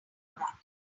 aura